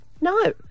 No